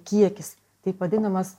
kiekis taip vadinamas